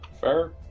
Fair